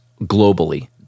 globally